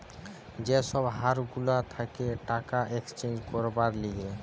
যে সব হার গুলা থাকে টাকা এক্সচেঞ্জ করবার লিগে